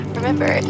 Remember